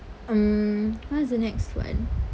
um what's the next one